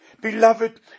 Beloved